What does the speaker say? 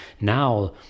now